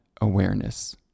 awareness